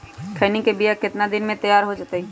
खैनी के बिया कितना दिन मे तैयार हो जताइए?